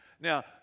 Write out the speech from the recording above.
Now